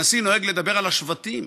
הנשיא נוהג לדבר על השבטים,